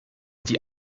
die